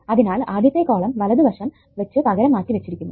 അതിനാൽ ആദ്യത്തെ കോളം വലതു വശം വെച്ച് പകരം മാറ്റി വെച്ചിരിക്കുന്നു